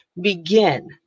begin